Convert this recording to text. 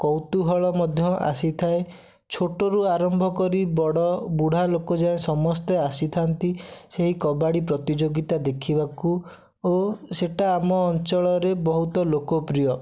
କୌତୂହଳ ମଧ୍ୟ ଆସିଥାଏ ଛୋଟରୁ ଆରମ୍ଭ କରି ବଡ଼ ବୁଢ଼ା ଲୋକ ଯାଏଁ ସମସ୍ତେ ଆସିଥାନ୍ତି ସେହି କବାଡ଼ି ପ୍ରତିଯୋଗିତା ଦେଖିବାକୁ ଓ ସେଇଟା ଆମ ଅଞ୍ଚଳରେ ବହୁତ ଲୋକପ୍ରିୟ